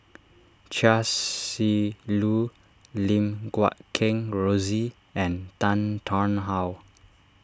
Chia Shi Lu Lim Guat Kheng Rosie and Tan Tarn How